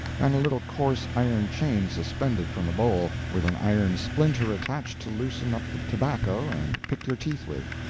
and a little coarse iron chain suspended from the bowl, with an iron splinter attached to loosen up the tobacco and pick your teeth with.